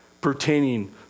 pertaining